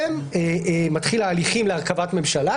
מתחילים ההליכים להרכבת ממשלה,